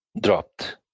dropped